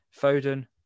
Foden